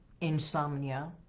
insomnia